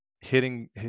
hitting